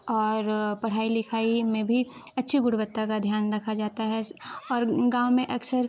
और पढ़ाई लिखाई में भी अच्छी गुणवत्ता का ध्यान रखा जाता है और गाँव में अक्सर